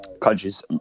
countries